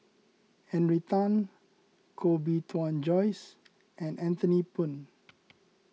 Henry Tan Koh Bee Tuan Joyce and Anthony Poon